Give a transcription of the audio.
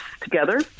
together